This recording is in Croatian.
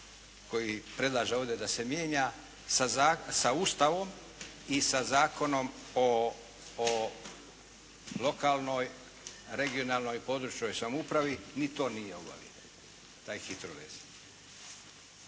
koji predlaže ovdje da se mijenja sa Ustavom i sa Zakonom o lokalnoj, regionalnoj, područnoj samoupravi. Ni to nije obavio. Taj HITRORez.